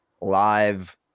live